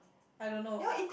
I don't know ah